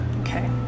Okay